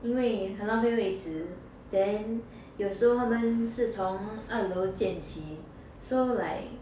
因为很浪费位子 then 有时候他们是从二楼建起 so like